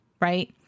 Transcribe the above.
right